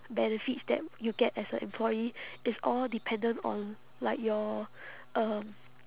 benefits that you get as a employee is all dependent on like your um